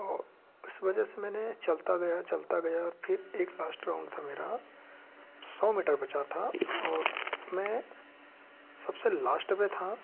और इस वजह से मैंने चलता गया चलता गया फिर एक लास्ट राउंड था मेरा सौ मीटर बचा था और मैं सबसे लास्ट में था